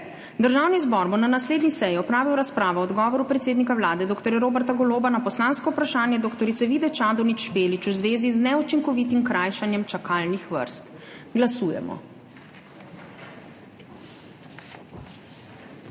Državni zbor bo na naslednji seji opravil razpravo o odgovoru predsednika Vlade dr. Roberta Goloba na poslansko vprašanje dr. Vide Čadonič Špelič v zvezi z neučinkovitim krajšanjem čakalnih vrst. Glasujemo.